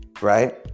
right